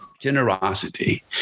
Generosity